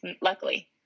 luckily